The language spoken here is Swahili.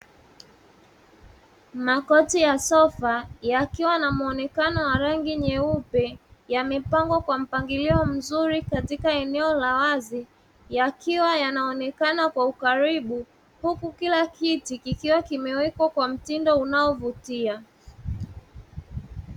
Makochi ya sofa yakiwa na muonekano wa rangi nyeupe yamepangwa kwa mpangilio mzuri katika eneo la wazi, yakiwa yanaonekana kwa ukaribu; huku kila kiti kikiwa kimewekwa kwa mtindo unaovutia.